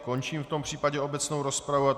Končím v tom případě obecnou rozpravu.